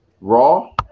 Raw